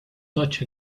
such